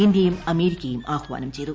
ഇന്ത്യയും അമേരിക്കിയുക് ആഹ്വാനം ചെയ്തു